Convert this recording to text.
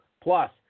Plus